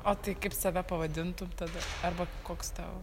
o tai kaip save pavadintum tada arba koks tau